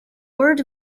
word